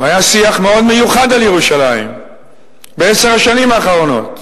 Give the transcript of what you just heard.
היה שיח מאוד מיוחד על ירושלים בעשר השנים האחרונות,